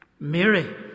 Mary